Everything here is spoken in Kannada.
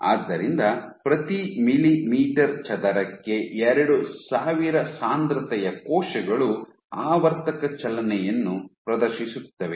ಆದ್ದರಿಂದ ಪ್ರತಿ ಮಿಲಿಮೀಟರ್ ಚದರಕ್ಕೆ ಎರಡು ಸಾವಿರ ಸಾಂದ್ರತೆಯ ಕೋಶಗಳು ಆವರ್ತಕ ಚಲನೆಯನ್ನು ಪ್ರದರ್ಶಿಸುತ್ತವೆ